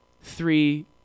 three